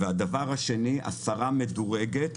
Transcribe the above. והדבר השני, הסרה מדורגת